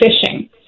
fishing